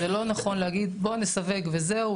זה לא נכון להגיד בוא נסווג וזהו,